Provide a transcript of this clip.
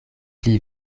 pli